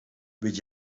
weet